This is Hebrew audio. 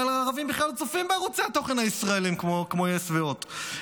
אבל הערבים בכלל לא צופים בערוצי התוכן הישראליים כמו יס והוט,